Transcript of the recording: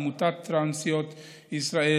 עמותת טרנסיות ישראל,